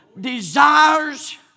desires